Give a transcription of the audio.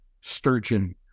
sturgeon